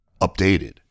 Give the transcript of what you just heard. updated